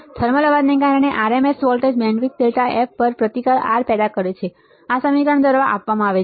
thermal અવાજને કારણે RMS voltage bandwidth delta F પર પ્રતિકાર R પેદા કરે છે તે આ સમીકરણ દ્વારા આપવામાં આવે છે